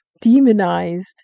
demonized